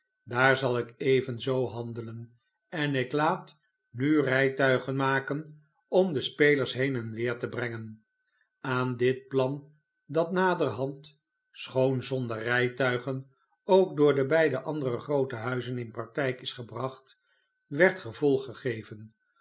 daar zal ik evenzoo handelen en ik laat nu rijtuigen maken om de spelers heen en weer te brengen aan dit plan dat naderhand schoon zonder rijtuigen ook door de beide andere groote huizen in praktijk is gebracht werd gevolg